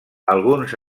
alguns